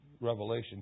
Revelation